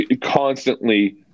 constantly